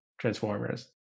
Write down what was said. Transformers